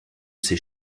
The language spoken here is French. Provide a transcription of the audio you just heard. ces